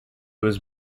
was